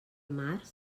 març